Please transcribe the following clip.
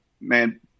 man